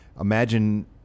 Imagine